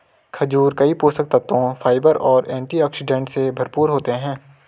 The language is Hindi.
खजूर कई पोषक तत्वों, फाइबर और एंटीऑक्सीडेंट से भरपूर होते हैं